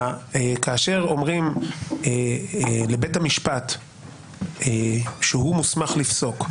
כאשר אומרים לבית המשפט שהוא מוסמך לפסוק,